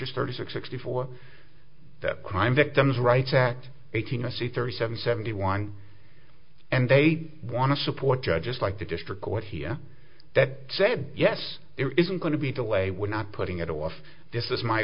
is thirty six sixty four that crime victims rights act eighteen us c thirty seven seventy one and they want to support judges like the district court here that said yes there isn't going to be delay we're not putting it off this is my